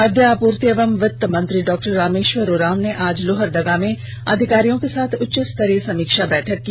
खाद्य आपूर्ति एवं वित्त मंत्री डॉ रामेश्वर उरांव ने आज लोहरदगा में अधिकारियों के साथ उच्चस्तरीय समीक्षा बैठक की